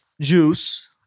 Juice